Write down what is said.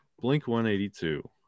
Blink-182